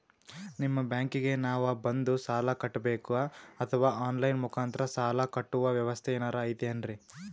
ನಿಮ್ಮ ಬ್ಯಾಂಕಿಗೆ ನಾವ ಬಂದು ಸಾಲ ಕಟ್ಟಬೇಕಾ ಅಥವಾ ಆನ್ ಲೈನ್ ಮುಖಾಂತರ ಸಾಲ ಕಟ್ಟುವ ವ್ಯೆವಸ್ಥೆ ಏನಾರ ಐತೇನ್ರಿ?